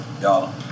y'all